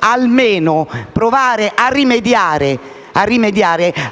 almeno provare a rimediare